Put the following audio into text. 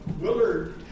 Willard